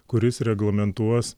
kuris reglamentuos